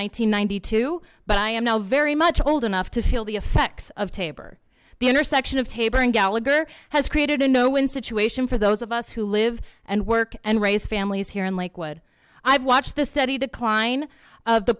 and ninety two but i am now very much old enough to feel the effects of tabor the intersection of tabor and gallagher has created a no win situation for those of us who live and work and raise families here in lakewood i've watched the steady decline of the